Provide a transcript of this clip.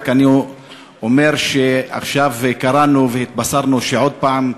רק אני אומר שעכשיו קראנו והתבשרנו שעוד הפעם,